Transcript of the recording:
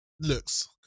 Looks